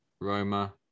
Roma